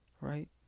right